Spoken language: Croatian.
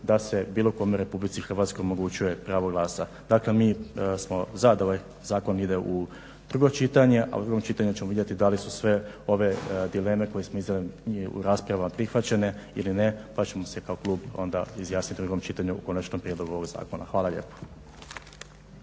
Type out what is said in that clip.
da se bilo kome u Republici Hrvatskoj omogućuje pravo glasa. Dakle bi smo za da ovaj zakon ide u drugo čitanje, a u drugom čitanju ćemo vidjeti da li su sve ove dileme koje smo izrekli u raspravama prihvaćene ili ne pa ćemo se kao klub onda izjasniti u drugom čitanju o konačnom prijedlogu ovog zakona. Hvala lijepa.